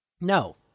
No